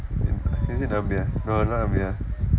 is it nambiar no lah ya